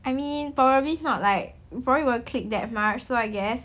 I mean probably not like probably won't click that much so I guess